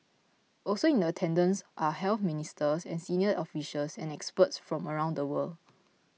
also in attendance are health ministers senior officials and experts from around the world